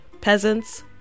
peasants